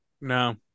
no